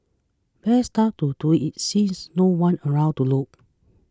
best time to do it since no one's around to look